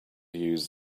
use